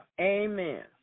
Amen